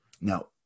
Now